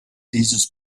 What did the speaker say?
dieses